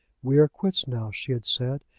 we are quits now, she had said,